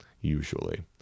usually